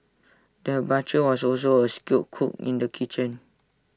the butcher was also A skilled cook in the kitchen